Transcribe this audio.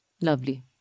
Lovely